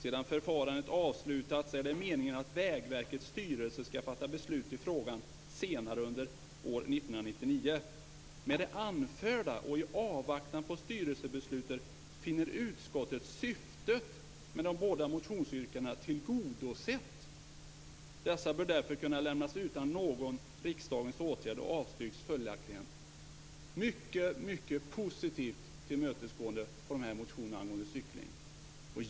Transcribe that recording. Sedan förfarandet avslutats är det meningen att Vägverkets styrelse skall fatta beslut i frågan senare under år 1999. Med det anförda och i avvaktan på styrelsebeslutet finner utskottet syftet med de båda motionsyrkandena tillgodosett. Dessa bör därför kunna lämnas utan någon riksdagens åtgärd och avstyrks följaktligen." Det är alltså ett mycket, mycket stort tillmötesgående av motionerna om cykling.